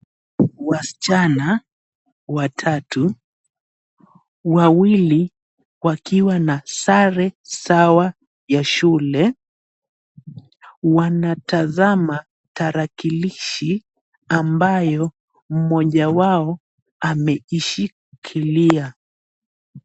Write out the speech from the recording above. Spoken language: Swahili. Wasichana watatu, wawili wakiwa na sare sawa ya shule. Wanatazama tarakilishi ambayo mmoja wao ameishikilia.